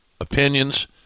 opinions